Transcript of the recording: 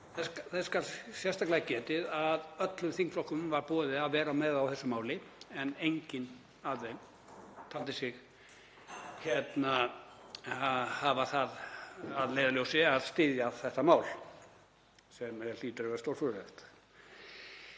Þess skal sérstaklega getið að öllum þingflokkum var boðið að vera með á þessu máli en enginn af þeim taldi sig hafa það að leiðarljósi að styðja þetta mál, sem hlýtur að vera stórfurðulegt.